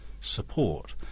support